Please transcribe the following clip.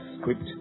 script